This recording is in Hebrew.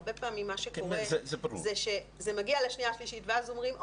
הרבה פעמים מה שקורה זה שזה מגיע לשנייה-שלישית ואז אומרים,